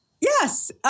Yes